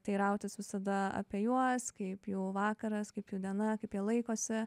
teirautis visada apie juos kaip jų vakaras kaip jų diena kaip jie laikosi